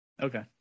Okay